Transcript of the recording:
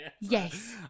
yes